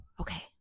okay